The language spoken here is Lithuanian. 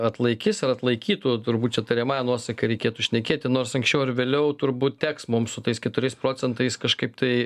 atlaikys ar atlaikytų turbūt čia tariamąja nuosaka reikėtų šnekėti nors anksčiau ar vėliau turbūt teks mums su tais keturiais procentais kažkaip tai